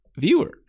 viewer